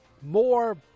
more